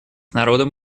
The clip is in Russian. народом